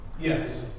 Yes